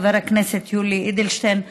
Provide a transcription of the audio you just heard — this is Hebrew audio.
חבר הכנסת יולי אדלשטיין,